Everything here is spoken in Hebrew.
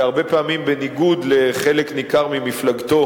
והרבה פעמים בניגוד לחלק ניכר ממפלגתו,